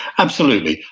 absolutely.